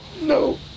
No